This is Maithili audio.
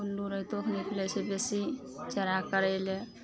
उल्लू राइतो कए निकलय छै बेसी चरा करय लए